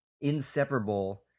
inseparable